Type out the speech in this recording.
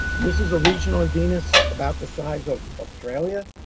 this is a region on venus about the size of australia.